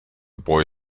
boy